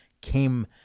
came